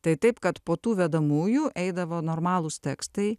tai taip kad po tų vedamųjų eidavo normalūs tekstai